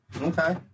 Okay